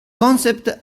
concept